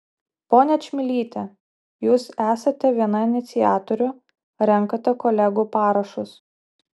ponia čmilyte jūs esate viena iniciatorių renkate kolegų parašus